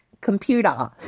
computer